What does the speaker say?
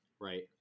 Right